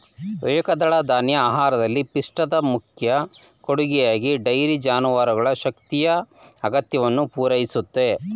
ಏಕದಳಧಾನ್ಯ ಆಹಾರದಲ್ಲಿ ಪಿಷ್ಟದ ಮುಖ್ಯ ಕೊಡುಗೆಯಾಗಿ ಡೈರಿ ಜಾನುವಾರುಗಳ ಶಕ್ತಿಯ ಅಗತ್ಯವನ್ನು ಪೂರೈಸುತ್ತೆ